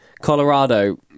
Colorado